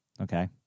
Okay